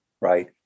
right